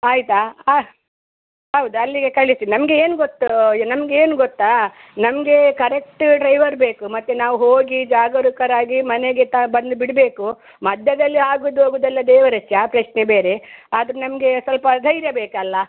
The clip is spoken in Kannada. ಆಯ್ತಾ ಹಾಂ ಹೌದ ಅಲ್ಲಿಗೆ ಕಳಿಸಿ ನಮಗೆ ಏನು ಗೊತ್ತೂ ನಮಗೇನು ಗೊತ್ತ ನಮಗೆ ಕರೆಕ್ಟ್ ಡ್ರೈವರ್ ಬೇಕು ಮತ್ತು ನಾವು ಹೋಗಿ ಜಾಗರುಕರಾಗಿ ಮನೆಗೆ ತ ಬಂದು ಬಿಡಬೇಕು ಮಧ್ಯದಲ್ಲಿ ಆಗೋದ್ ಹೋಗೋದ್ ಎಲ್ಲ ದೇವರ ಇಚ್ಚೆ ಆ ಪ್ರಶ್ನೆ ಬೇರೆ ಆದರು ನಮಗೆ ಸ್ವಲ್ಪ ಧೈರ್ಯ ಬೇಕಲ್ಲ